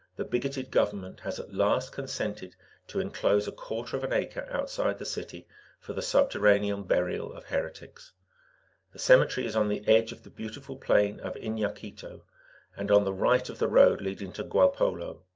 the bigoted government has at last consented to inclose a quarter of an acre outside the city for the subterranean burial of heretics. the cemetery is on the edge of the beautiful plain of inaquito, and on the right of the road leading to guapolo.